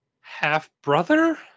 half-brother